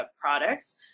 products